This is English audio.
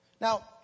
Now